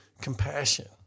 compassion